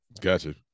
Gotcha